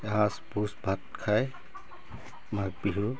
এসাজ ভোজ ভাত খাই মাঘ বিহু